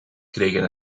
kregen